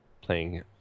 playing